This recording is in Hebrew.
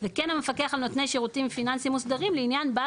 וכן המפקח על נותני שירותים פיננסיים מוסדרים לעניין בעל